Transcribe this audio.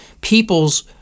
people's